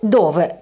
dove